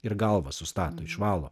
ir galvą sustato išvalo